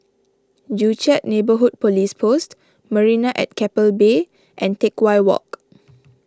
Joo Chiat Neighbourhood Police Post Marina at Keppel Bay and Teck Whye Walk